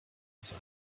sein